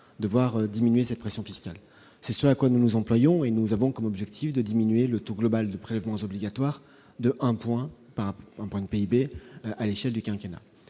de voir diminuer cette pression fiscale. C'est ce à quoi nous nous employons : nous avons comme objectif de diminuer le taux global de prélèvements obligatoires de 1 point de PIB à l'échelle du quinquennat.